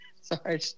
Sorry